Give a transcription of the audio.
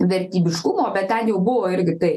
vertybiškumo bet ten jau buvo irgi tai